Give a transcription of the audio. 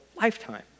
lifetime